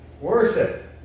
Worship